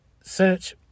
Search